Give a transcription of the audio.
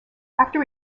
after